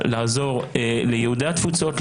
לעזור ליהודי התפוצות,